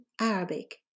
Arabic